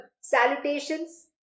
salutations